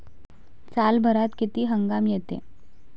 सालभरात किती हंगाम येते?